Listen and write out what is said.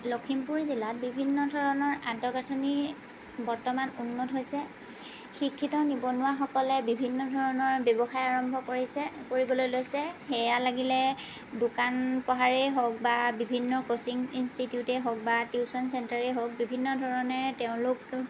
লখিমপুৰ জিলাত বিভিন্ন ধৰণৰ আন্তঃগাঁথনি বৰ্তমান উন্নত হৈছে শিক্ষিত নিবনুৱাসকলে বিভিন্ন ধৰণৰ ব্য়ৱসায় আৰম্ভ কৰিছে কৰিবলৈ লৈছে সেয়া লাগিলে দোকান পোহাৰেই হওক বা বিভিন্ন ক'চিং ইন্সটিটিউটেই হওক বা টিউশ্যন চেণ্টাৰেই হওক বিভিন্ন ধৰণে তেওঁলোক